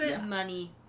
money